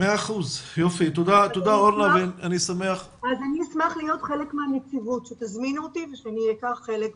אני אשמח להיות חלק מהנציבות שתזמינו אותי ושאקח חלק מהנציבות.